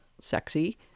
sexy